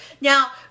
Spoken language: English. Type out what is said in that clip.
Now